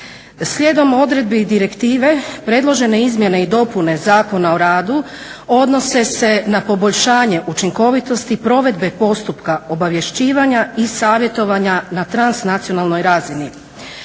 Slijedom odredbi direktive predložene izmjene i dopune Zakona o radu odnose se na poboljšanje učinkovitosti provedbe postupka obavješćivanja i savjetovanja na transnacionalnoj razini.